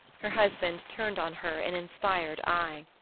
her husband turned on her an inspired eye.